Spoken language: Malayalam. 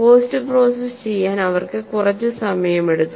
പോസ്റ്റുപ്രോസസ്സ് ചെയ്യാൻ അവർക്ക് കുറച്ച് സമയമെടുത്തു